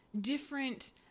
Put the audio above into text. different